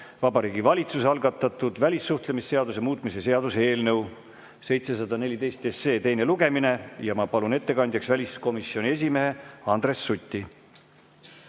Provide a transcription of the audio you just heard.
Vabariigi Valitsuse algatatud välissuhtlemisseaduse muutmise seaduse eelnõu (714 SE) teine lugemine. Ja ma palun ettekandjaks väliskomisjoni esimehe Andres Suti.